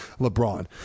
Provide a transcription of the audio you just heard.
LeBron